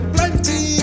Plenty